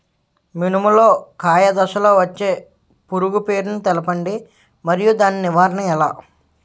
మినుము లో కాయ దశలో వచ్చే పురుగు పేరును తెలపండి? మరియు దాని నివారణ ఎలా?